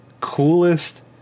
Coolest